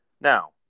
Now